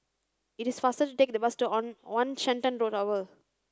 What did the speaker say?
it is faster to take the bus on One Shenton to Tower